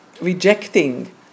rejecting